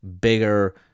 bigger